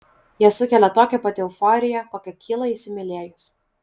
jie sukelia tokią pat euforiją kokia kyla įsimylėjus